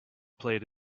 played